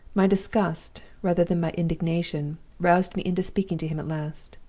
my disgust, rather than my indignation, roused me into speaking to him at last.